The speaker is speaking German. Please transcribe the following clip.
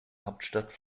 hauptstadt